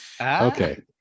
Okay